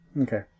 Okay